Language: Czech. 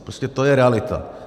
Prostě to je realita.